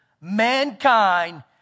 mankind